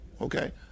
Okay